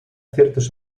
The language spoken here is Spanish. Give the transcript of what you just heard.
ciertos